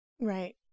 Right